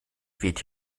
weht